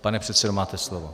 Pane předsedo, máte slovo.